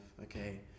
okay